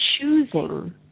choosing